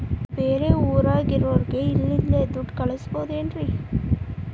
ಬೇರೆ ಊರಾಗಿರೋರಿಗೆ ಇಲ್ಲಿಂದಲೇ ದುಡ್ಡು ಕಳಿಸ್ಬೋದೇನ್ರಿ?